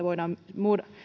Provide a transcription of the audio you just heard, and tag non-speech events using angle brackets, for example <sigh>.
<unintelligible> voidaan